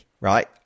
right